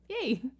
Yay